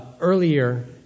earlier